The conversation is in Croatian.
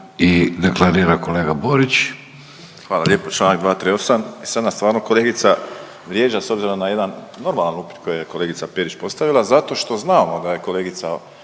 **Borić, Josip (HDZ)** Hvala lijepa. Čl. 238., sad nas stvarno kolegica vrijeđa s obzirom na jedan normalan upit koji je kolegica Perić postavila zato što zna … da je kolegica